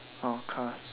about cars